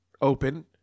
open